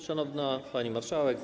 Szanowna Pani Marszałek!